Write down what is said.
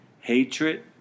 hatred